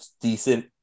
decent